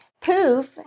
poof